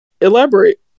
Elaborate